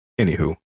Anywho